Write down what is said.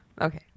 Okay